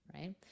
Right